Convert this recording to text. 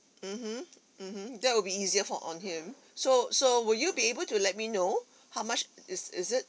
mmhmm mmhmm that will be easier for on him so so will you be able to let me know how much is is it